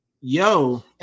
Yo